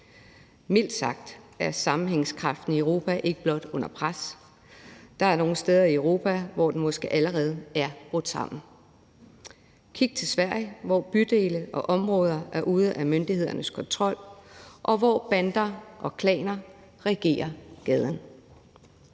Mildt sagt er sammenhængskraften i Europa ikke blot under pres, for der er nogle steder i Europa, hvor den måske allerede er brudt sammen. Kig til Sverige, hvor bydele og områder er ude af myndighedernes kontrol, og hvor bander og klaner regerer gaden.